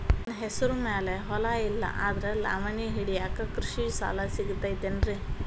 ನನ್ನ ಹೆಸರು ಮ್ಯಾಲೆ ಹೊಲಾ ಇಲ್ಲ ಆದ್ರ ಲಾವಣಿ ಹಿಡಿಯಾಕ್ ಕೃಷಿ ಸಾಲಾ ಸಿಗತೈತಿ ಏನ್ರಿ?